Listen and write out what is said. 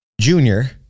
junior